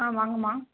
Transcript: ஆ வாங்கம்மா